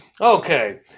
Okay